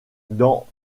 dans